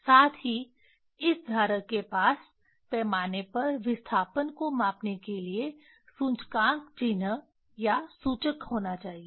साथ ही इस धारक के पास पैमाने पर विस्थापन को मापने के लिए सूचकांक चिह्न या सूचक होना चाहिए